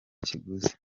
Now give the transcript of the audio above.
kiguzi